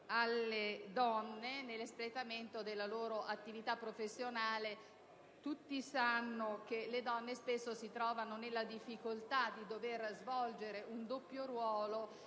alle donne nell'espletamento della loro attività professionale. Tutti sanno che le donne spesso si trovano nella difficoltà di dover svolgere un doppio ruolo,